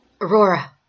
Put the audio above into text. Aurora